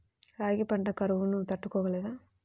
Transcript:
రాగి పంట కరువును తట్టుకోగలదా?